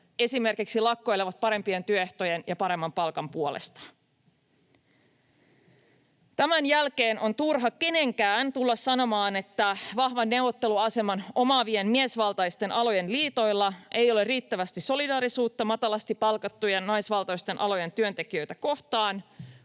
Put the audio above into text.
esimerkiksi parempien työehtojen ja paremman palkan puolesta. Tämän jälkeen on turha kenenkään tulla sanomaan, että vahvan neuvotteluaseman omaavien miesvaltaisten alojen liitoilla ei ole riittävästi solidaarisuutta matalasti palkattujen naisvaltaisten alojen työntekijöitä kohtaan,